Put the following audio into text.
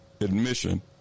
admission